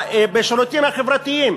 בשירותים החברתיים.